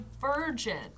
virgin